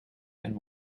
and